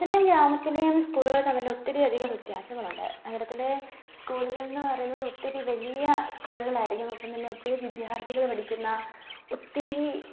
നഗരത്തിലെയും ഗ്രാമത്തിലെയും സ്കൂളുകൾ തമ്മിൽ ഒത്തിരിയധികം വ്യത്യാസങ്ങളുണ്ട് നഗരത്തിലെ സ്കൂളുകൾ എന്ന് പറയുന്നത് ഒത്തിരി വലിയ സ്കൂളുകളായിരിക്കും അപ്പം തന്നെ ഒത്തിരി വിദ്യാർത്ഥികൾ പഠിക്കുന്ന ഒത്തിരി